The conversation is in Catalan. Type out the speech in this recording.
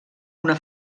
una